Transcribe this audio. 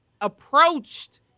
approached